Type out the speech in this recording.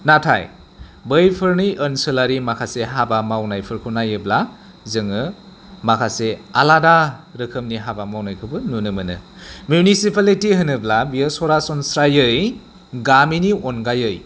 नाथाय बैफोरनि ओनसोलारि माखासे हाबा मावनायफोरखौ नायोब्ला जोङो माखासे आलादा रोखोमनि हाबा मावनायखौबो नुनो मोनो मिउनिसिपालिटि होनोब्ला बियो सरासनस्रायै गामिनि अनगायै